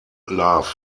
love